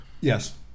Yes